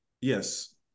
yes